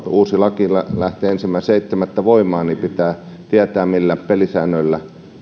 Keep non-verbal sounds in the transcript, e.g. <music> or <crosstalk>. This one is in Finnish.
<unintelligible> uusi laki lähtee ensimmäinen seitsemättä voimaan ja pitää tietää millä pelisäännöillä